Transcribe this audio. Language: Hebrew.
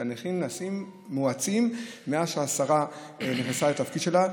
על התהליכים מואצים שנעשים מאז שהשרה נכנסה לתפקיד שלה.